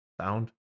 sound